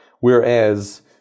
Whereas